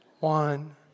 One